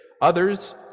Others